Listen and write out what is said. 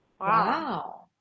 Wow